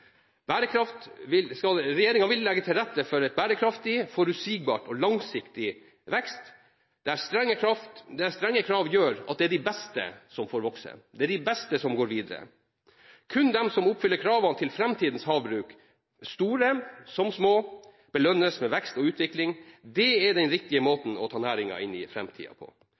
Regjeringen vil legge til rette for en bærekraftig, forutsigbar og langsiktig vekst der strenge krav gjør at det er de beste som får vokse, at det er de beste som går videre. Kun de som oppfyller kravene til framtidas havbruk – store som små – belønnes med vekst og utvikling. Det er den riktige måten å ta næringen inn i framtida på,